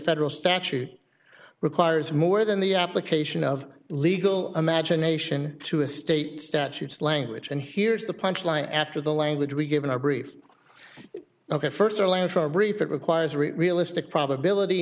federal statute requires more than the application of legal imagination to a state statutes language and here's the punchline after the language we give in our brief ok first or last from brief it requires a realistic probability